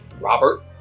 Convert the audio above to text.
Robert